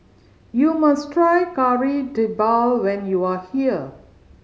you must try Kari Debal when you are here